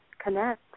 connect